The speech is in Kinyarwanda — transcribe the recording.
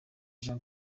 jean